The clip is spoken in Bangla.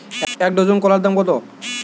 এক ডজন কলার দাম কত?